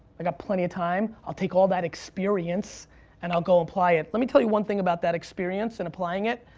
i've got plenty of time. time. i'll take all that experience and i'll go apply it. let me tell you one thing about that experience and applying it.